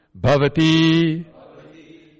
bhavati